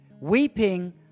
Weeping